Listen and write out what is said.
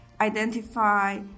identify